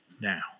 now